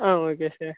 ah okay sir